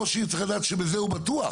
ראש עיר צריך לדעת שבזה הוא בטוח.